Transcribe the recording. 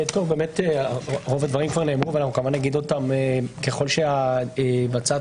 רוב הדברים נאמרו ונגיד אותם ככל שהצעת